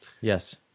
Yes